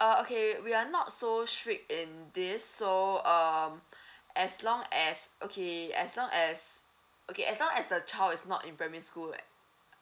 uh okay we are not so strict in this so um as long as okay as well as okay as long as the child is not in primary school like